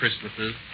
Christmases